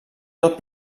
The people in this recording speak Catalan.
tot